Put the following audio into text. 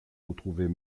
retrouvées